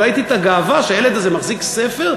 וראיתי את הגאווה שבה הילד הזה מחזיק ספר,